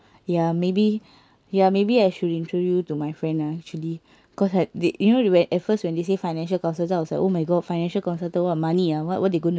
ya maybe ya maybe I should introduce you to my friend lah actually cause I did you know when at first when they say financial consultant I was like oh my god financial consultant what money ah what what they gonna